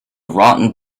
rotten